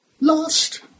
Lost